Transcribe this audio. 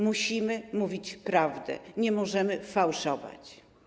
Musimy mówić prawdę, nie możemy fałszować.